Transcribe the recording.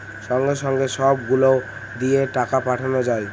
সঙ্গে সঙ্গে সব গুলো দিয়ে টাকা পাঠানো যায়